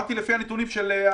דיברתי לפי הנתונים של אבי דיכטר.